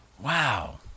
wow